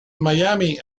miami